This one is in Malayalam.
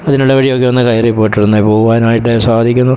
അതിന് ഇട വഴിയൊക്കെ ഒന്ന് കേറിപ്പോട്ടുന്നെ പോവാനായിട്ട് സാധിക്കുന്നു